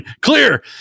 clear